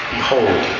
Behold